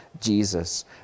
Jesus